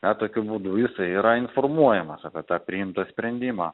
na tokiu būdu jisai yra informuojamas apie tą priimtą sprendimą